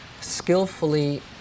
skillfully